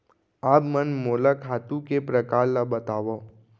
आप मन मोला खातू के प्रकार ल बतावव?